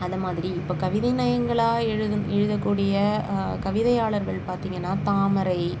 அதை மாதிரி இப்போ கவிதை நயங்களாக எழுதணும் எழுத கூடிய கவிதையாளர்கள் பார்த்திங்கன்னா தாமரை